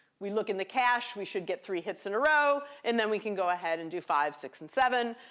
we look in the cache. we should get three hits in a row, and then we can go ahead and do five, six, and seven,